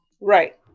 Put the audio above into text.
Right